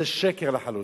זה שקר לחלוטין.